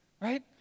Right